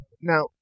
now